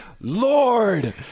Lord